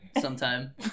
sometime